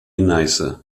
neiße